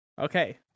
Okay